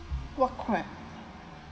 what crab